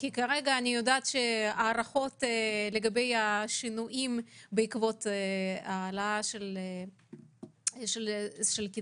כרגע אני יודעת שההערכות לגבי השינויים בעקבות ההעלאה של הקצבה